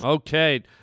Okay